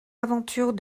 aventures